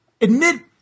Admit